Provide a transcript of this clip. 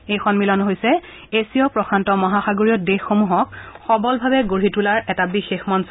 এই সম্মিলন হৈছে এছীয় প্ৰশান্ত মহাসাগৰীয় দেশসমূহক সবলভাৱে গঢ়ি তোলাৰ এটা বিশেষ মঞ্চ